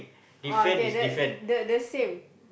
oh okay the the the same